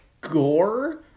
gore